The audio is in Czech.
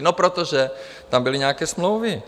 No proto, že tam byly nějaké smlouvy.